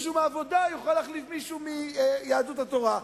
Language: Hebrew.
ומישהו מהעבודה יוכל להחליף מישהו מיהדות התורה.